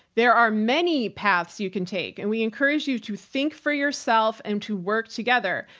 there are many paths you can take, and we encourage you to think for yourself and to work together.